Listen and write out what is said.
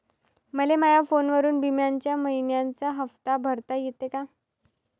मले माया फोनवरून बिम्याचा मइन्याचा हप्ता भरता येते का?